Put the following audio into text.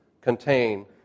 contain